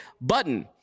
button